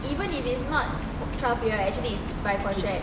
even if it's not trial period right actually is by project